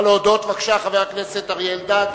חבר הכנסת אריה אלדד,